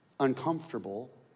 uncomfortable